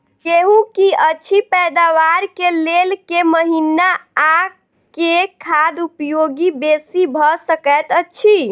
गेंहूँ की अछि पैदावार केँ लेल केँ महीना आ केँ खाद उपयोगी बेसी भऽ सकैत अछि?